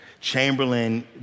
Chamberlain